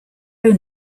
own